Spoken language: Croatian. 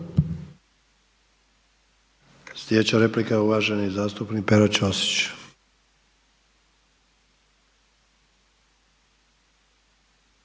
Slijedeća replika uvaženi zastupnik Pero Ćosić.